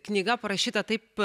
knyga parašyta taip